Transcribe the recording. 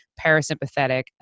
parasympathetic